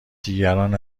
دیگران